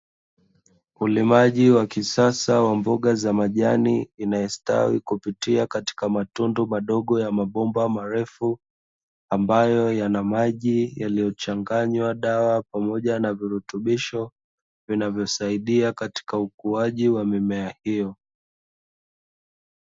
Ulimaji wa kisasa wa mboga za majani, inayostawi kupitia katika matundu madogo ya mabomba marefu ambayo yana maji yaliyochanganywa dawa pamoja na virutubisho vinavyosaidia katika ukuaji wa mimea hiyo.